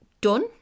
done